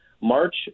March